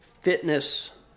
fitness